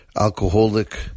alcoholic